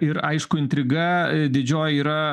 ir aišku intriga didžioji yra